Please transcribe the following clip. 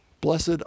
Blessed